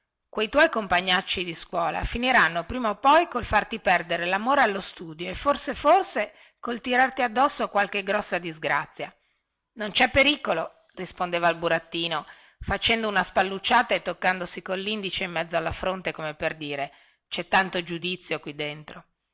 quei tuoi compagnacci di scuola finiranno prima o poi col farti perdere lamore allo studio e forse forse col tirarti addosso qualche grossa disgrazia non cè pericolo rispondeva il burattino facendo una spallucciata e toccandosi collindice in mezzo alla fronte come per dire cè tanto giudizio qui dentro